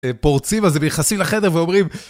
פורצים על זה ונכנסים לחדר ואומרים...